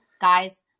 guys